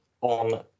on